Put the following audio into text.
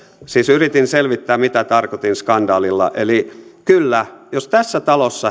siis yritin selvittää mitä tarkoitin skandaalilla eli kyllä jos tässä talossa